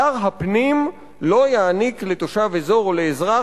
שר הפנים לא יעניק לתושב אזור או לאזרח